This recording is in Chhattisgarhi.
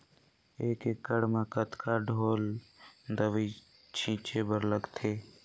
एक एकड़ म कतका ढोल दवई छीचे बर लगथे?